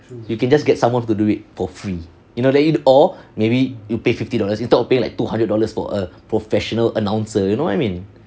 you can just get someone to do it for free you know or maybe you pay fifty dollars instead of you pay like two hundred dollars for a professional announcer you know what I mean